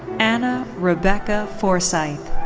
anna rebecca forsyth.